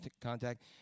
contact